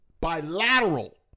bilateral